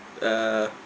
uh